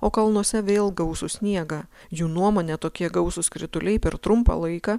o kalnuose vėl gausų sniegą jų nuomone tokie gausūs krituliai per trumpą laiką